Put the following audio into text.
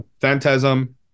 phantasm